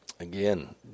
Again